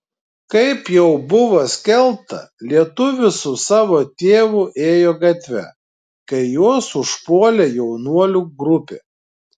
kaip jau buvo skelbta lietuvis su savo tėvu ėjo gatve kai juos užpuolė jaunuolių grupė